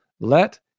let